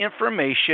information